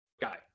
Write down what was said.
guy